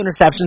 interceptions